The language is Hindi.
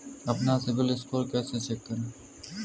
अपना सिबिल स्कोर कैसे चेक करें?